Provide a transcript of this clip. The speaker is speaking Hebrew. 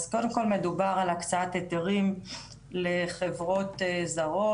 אז קודם כל מדובר על הקצאת היתרים לחברות זרות,